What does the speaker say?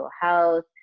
health